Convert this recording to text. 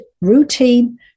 routine